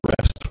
rest